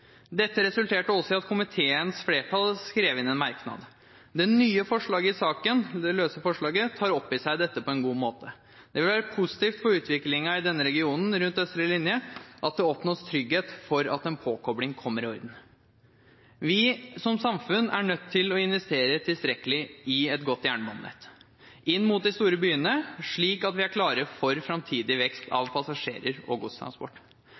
Dette resulterte også i at komiteens flertall skrev inn en merknad. Det nye forslaget i saken, det løse forslaget, tar opp i seg dette på en god måte. Det vil være positivt for utviklingen i denne regionen rundt østre linje at det oppnås trygghet for at en påkobling kommer i orden. Vi som samfunn er nødt til å investere tilstrekkelig i et godt jernbanenett inn mot de store byene, slik at vi er klare for framtidig vekst av passasjerer og godstransport.